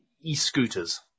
e-scooters